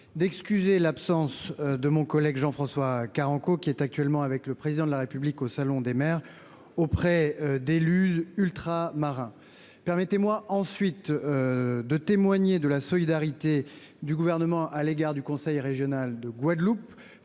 d'excuser l'absence de mon collègue Jean-François Carenco, qui est actuellement avec le Président de la République au salon des maires, auprès d'élus ultramarins. Permettez-moi ensuite de témoigner de la solidarité du Gouvernement à l'égard du conseil régional de Guadeloupe,